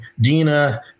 Dina